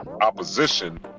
opposition